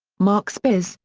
mark spitz,